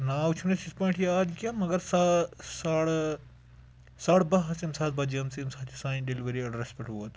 ناو چھُنہٕ اَسہِ یِتھ پٲٹھۍ یاد کیںٛہہ مگر سا ساڑٕ ساڑٕ باہہ آسہٕ تمہِ ساتہٕ بَجیمژٕ ییٚمہِ ساتہٕ یہِ سانہِ ڈٮ۪لؤری اٮ۪ڈرَس پٮ۪ٹھ ووت